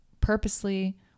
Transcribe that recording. purposely